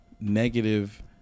negative